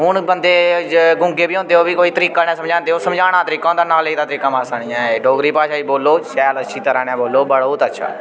हून बंदे ज गूंगे बी होंदे ओह् बी कोई तरीके कन्नै समझांदे ओह् समझाने दा तरीका होंदा नालेज दा तरीका मासा नि ऐ डोगरी भाशा गी बोलो शैल अच्छी तरह ने बोलो बोह्त अच्छा ऐ